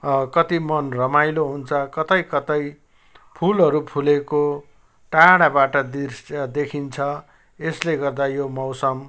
कति मन रमाइलो हुन्छ कतै कतै फुलहरू फुलेको टाढाबाट दृश्य देखिन्छ यसले गर्दा यो मौसम